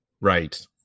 Right